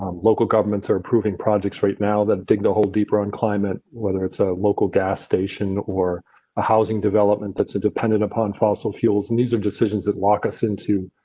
local governments are approving projects right now that digging a hole deeper on climate, whether it's a local gas station, or a housing development that's dependent upon fossil fuels. and these are decisions that lock us into.